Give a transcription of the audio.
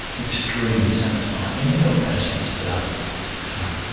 extremely satisfying. and you help patients that others just can't.